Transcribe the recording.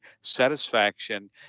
satisfaction